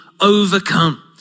overcome